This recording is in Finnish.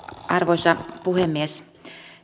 arvoisa puhemies